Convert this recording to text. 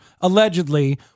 allegedly –